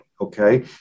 okay